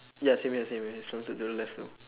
ya same here same here it's slanted to the left also